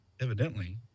Evidently